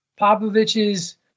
Popovich's